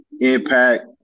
Impact